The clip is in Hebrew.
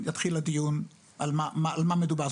ואז יתחיל הדיון על מה מדובר.